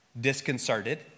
disconcerted